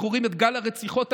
אנחנו רואים את גל הרציחות הנורא,